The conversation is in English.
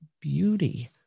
beauty